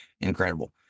incredible